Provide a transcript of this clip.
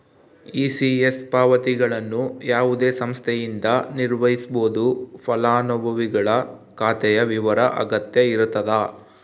ECS ಪಾವತಿಗಳನ್ನು ಯಾವುದೇ ಸಂಸ್ಥೆಯಿಂದ ನಿರ್ವಹಿಸ್ಬೋದು ಫಲಾನುಭವಿಗಳ ಖಾತೆಯ ವಿವರ ಅಗತ್ಯ ಇರತದ